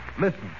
listen